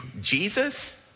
Jesus